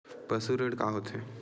पशु ऋण का होथे?